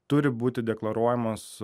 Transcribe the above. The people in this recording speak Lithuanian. turi būti deklaruojamos